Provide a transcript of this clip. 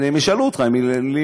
הם ישאלו אותך, הם לימינך.